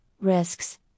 risks